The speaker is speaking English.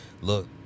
look